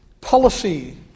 policy